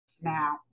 Now